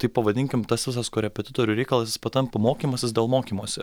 tai pavadinkim tas visas korepetitorių reikalas jis patampa mokymasis dėl mokymosi